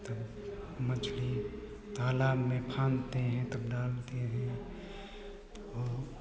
तब मछली तालाब में फानते हैं तब डालते हैं तो